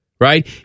Right